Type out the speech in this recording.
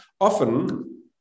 Often